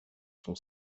son